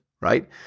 Right